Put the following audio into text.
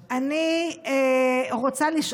אני מבין